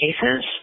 cases